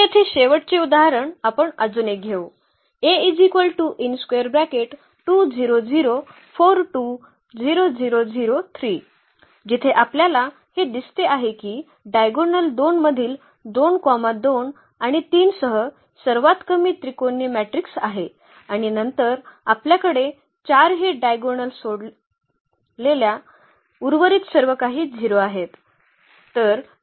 तर येथे शेवटचे उदाहरण आपण अजून एक घेऊ जिथे आपल्याला हे दिसते आहे की डायगोनल 2 मधील 2 2 आणि 3 सह सर्वात कमी त्रिकोणी मॅट्रिक्स आहे आणि नंतर आपल्याकडे 4 हे डायगोनल सोडलेल्या उर्वरित सर्वकाही 0 आहे